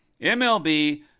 MLB